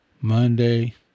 Monday